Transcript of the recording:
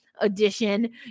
edition